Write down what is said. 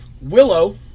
Willow